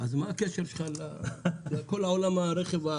אז מה הקשר שלך לכל עולם הרכב?